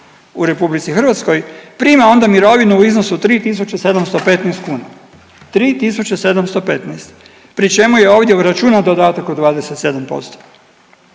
u RH prima onda mirovinu u iznosu 3.715 kuna, 3.715 pri čemu je ovdje uračunat dodatak od 27%.